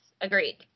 agreed